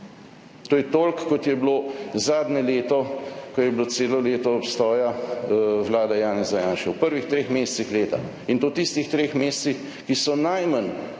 To je toliko, kot je bilo zadnje leto, ko je bilo celo leto obstoja vlade Janeza Janše. V prvih treh mesecih leta, in to v tistih treh mesecih, ki so najmanj